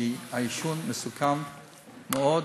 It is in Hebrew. כי העישון מסוכן מאוד,